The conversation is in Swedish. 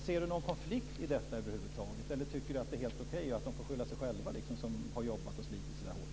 Ser Margareta Andersson över huvud taget någon konflikt i detta eller tycker hon att det är helt okej, att de får skylla sig själva som har jobbat och slitit så hårt?